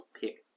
pick